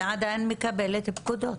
ועדיין מקבלת פקודות.